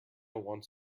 wants